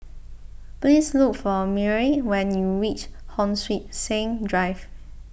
please look for Myrl when you reach Hon Sui Sen Drive